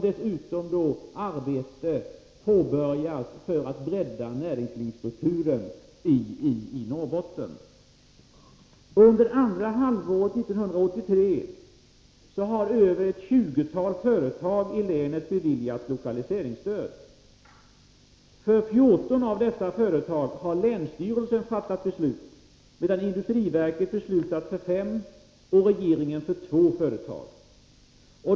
Dessutom påbörjas ett arbete för att bredda näringslivsstrukturen i Norrbotten. Under andra halvåret 1983 har mer än ett tjugotal företag i länet beviljats lokaliseringsstöd. För 14 av dessa företag har länsstyrelsen fattat beslut, medan industriverket fattat beslut för 5 och regeringen för 2 företag.